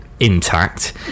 intact